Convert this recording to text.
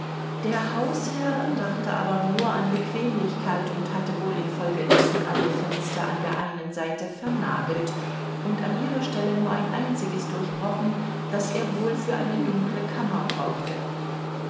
der hausherr dachte aber nur an bequemlichkeit und hatte wohl infolgedessen alle fenster an der einen seite vernagelt und an ihrer stelle nur ein einziges durchbrochen das er wohl für eine dunkle kammer brauchte